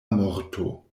morto